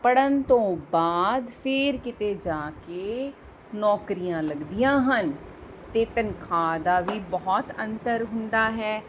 ਪੜ੍ਹਨ ਤੋਂ ਬਾਅਦ ਫਿਰ ਕਿਤੇ ਜਾ ਕੇ ਨੌਕਰੀਆਂ ਲੱਗਦੀਆਂ ਹਨ ਅਤੇ ਤਨਖਾਹ ਦਾ ਵੀ ਬਹੁਤ ਅੰਤਰ ਹੁੰਦਾ ਹੈ